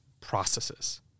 processes